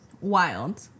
wild